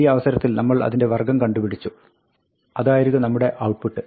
ഈ അവസരത്തിൽ നമ്മൾ അതിന്റെ വർഗ്ഗം കണ്ടുപിടിച്ചു അതായിരിക്കും നമ്മുടെ ഔട്ട്പുട്ട്